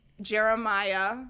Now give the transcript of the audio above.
Jeremiah